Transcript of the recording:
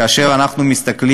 כאשר אנחנו מסתכלים,